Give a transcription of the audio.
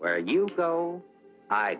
where you go i